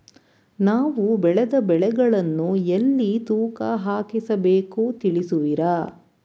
ನಾವು ಬೆಳೆದ ಬೆಳೆಗಳನ್ನು ಎಲ್ಲಿ ತೂಕ ಹಾಕಿಸಬೇಕು ತಿಳಿಸುವಿರಾ?